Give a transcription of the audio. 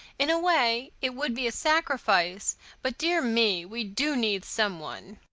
in a way, it would be a sacrifice but, dear me, we do need some one.